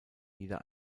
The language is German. jeder